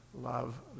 love